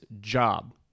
job